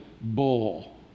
bull